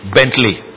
Bentley